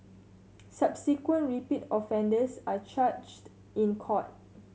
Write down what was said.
subsequent repeat offenders are charged in court